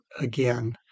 again